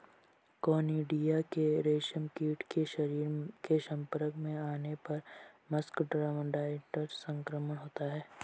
conidia के रेशमकीट के शरीर के संपर्क में आने पर मस्करडाइन संक्रमण होता है